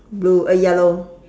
blue uh yellow